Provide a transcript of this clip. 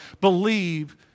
believe